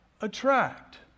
attract